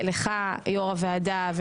לך יו"ר הוועדה,